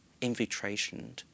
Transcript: infiltration